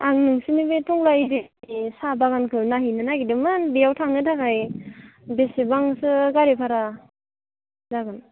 आं नोंसोरन बे टंला एरियानि साहा बागानखौ नायहैनो नागिरदोंमोन बेयाव थांनो थाखाय बेसेबांसो गारि भारा जागोन